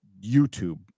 YouTube